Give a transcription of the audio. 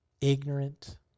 ignorant